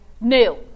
new